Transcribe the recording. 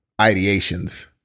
ideations